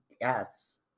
yes